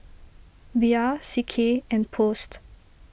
Bia C K and Post